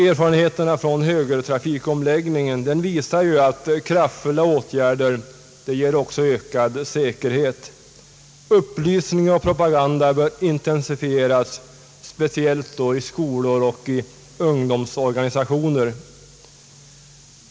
Erfarenheterna från högertrafikomläggningen visar att kraftfulla åtgärder också ger ökad säkerhet. Upplysning och propaganda bör intensifieras, speciellt i skolor och i ungdomsorganisationer.